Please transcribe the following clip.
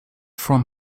from